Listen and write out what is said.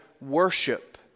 worship